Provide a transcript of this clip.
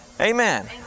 Amen